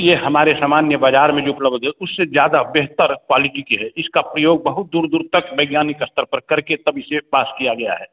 यह हमारे सामान्य बाज़ार में जो उपलब्ध होते हैं उससे ज़्यादा बेहतर क्वालिटी के हैं इसका प्रयोग बहुत दूर दूर तक वैज्ञानिक स्तर पर करके तब इसे पास किया गया है